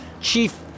Chief